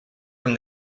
from